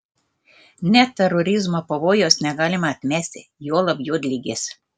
net terorizmo pavojaus negalima atmesti juolab juodligės